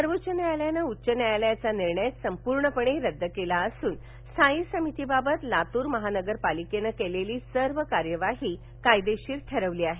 सर्वोच्य न्यायालयाने उच्चन्यायालयाचा निर्णय संपूर्णपणे रद्द केला असुन स्थायी समिती बाबत लातूर महानगर पालिकेने केलेली सर्व कार्यवाही कायदेशीर ठरवली आहे